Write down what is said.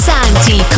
Santi